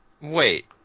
Wait